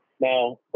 Now